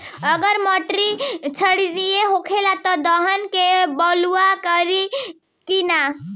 अगर मिट्टी क्षारीय होखे त दलहन के बुआई करी की न?